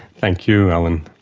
thank you, alan.